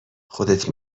خودت